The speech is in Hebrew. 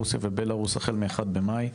רוסיה ובלארוס החל מה-1 במאי,